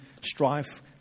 strife